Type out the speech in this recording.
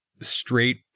straight